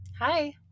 Hi